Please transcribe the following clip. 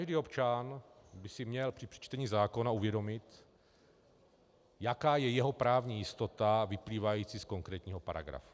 Každý občan by si měl při čtení zákona uvědomit, jaká je jeho právní jistota vyplývající z konkrétního paragrafu.